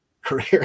career